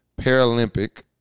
Paralympic